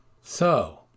So